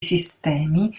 sistemi